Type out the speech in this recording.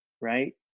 right